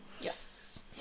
Yes